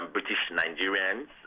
British-Nigerians